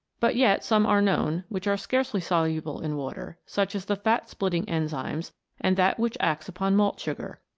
but yet some are known which are scarcely soluble in water, such as the fat-splitting enzymes and that which acts upon malt sugar.